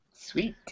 Sweet